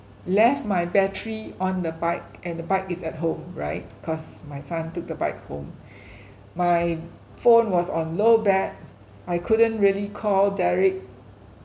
left my battery on the bike at the bike is at home right because my son took a bike home my phone was on low bat I couldn't really call derrick